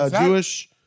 Jewish